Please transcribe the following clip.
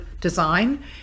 design